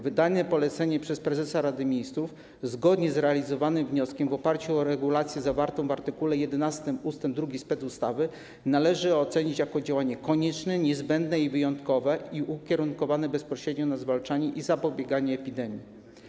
Wydane polecenie przez prezesa Rady Ministrów, zgodnie z realizowanym wnioskiem w oparciu o regulację zawartą w art. 8 ust. 2 specustawy, należy ocenić jako działanie konieczne, niezbędne i wyjątkowe i ukierunkowane bezpośrednio na zwalczanie i zapobieganie epidemii.